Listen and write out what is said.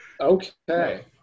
Okay